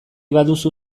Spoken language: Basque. baduzu